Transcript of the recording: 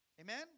Amen